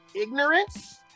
ignorance